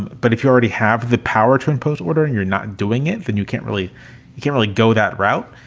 but if you already have the power to impose order and you're not doing it, then you can't really you can't really go that route.